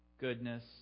goodness